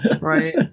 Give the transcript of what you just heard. Right